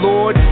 Lord